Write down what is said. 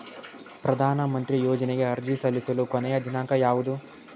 ಪ್ರಧಾನ ಮಂತ್ರಿ ಯೋಜನೆಗೆ ಅರ್ಜಿ ಸಲ್ಲಿಸಲು ಕೊನೆಯ ದಿನಾಂಕ ಯಾವದು?